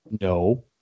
No